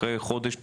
אחרי חודש,